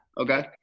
Okay